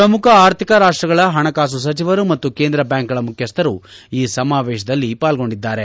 ಪ್ರಮುಖ ಆರ್ಥಿಕ ರಾಷ್ಟಗಳ ಹಣಕಾಸು ಸಚಿವರು ಮತ್ತು ಕೇಂದ್ರ ಬ್ಯಾಂಕ್ಗಳ ಮುಖ್ಯಸ್ಥರು ಈ ಸಮಾವೇಶದಲ್ಲಿ ಪಾಲ್ಗೊಂಡಿದ್ದಾರೆ